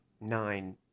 Nine